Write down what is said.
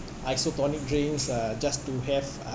isotonic drinks uh just to have uh